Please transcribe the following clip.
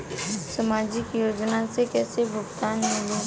सामाजिक योजना से कइसे भुगतान मिली?